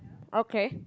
okay